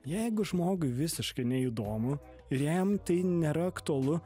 jeigu žmogui visiškai neįdomu ir jam tai nėra aktualu